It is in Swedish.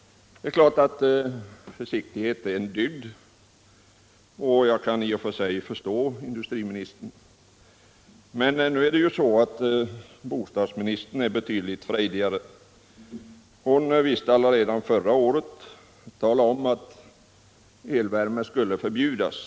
Det är klart att försiktighet är dygd, och jag kan i och för sig förstå industriministern. Men nu är det ju så att bostadsministern är betydligt frejdigare. Hon talade redan förra året om att elvärme skulle förbjudas.